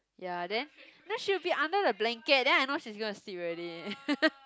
ya then then she will be under the blanket then I know she's gonna sleep already